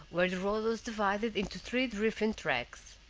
where the road was divided into three different tracts.